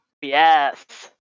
Yes